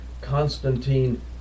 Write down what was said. Constantine